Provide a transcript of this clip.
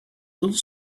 little